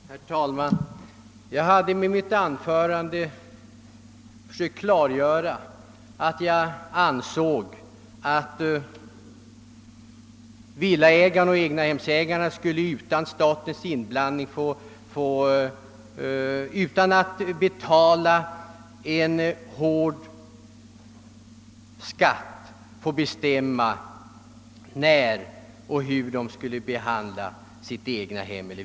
Herr talman! Jag försökte i mitt anförande klargöra att jag ansåg att villaägare och egnahemsägare vid expropriation skulle slippa statens inblandning och slippa betala en tung skatt.